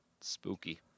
Spooky